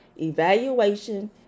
evaluation